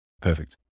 Perfect